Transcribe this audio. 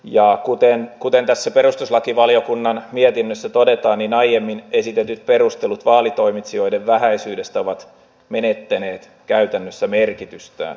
ja kuten tässä perustuslakivaliokunnan mietinnössä todetaan niin aiemmin esitetyt perustelut vaalitoimitsijoiden vähäisyydestä ovat menettäneet käytännössä merkitystään